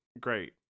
great